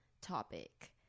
topic